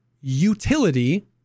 utility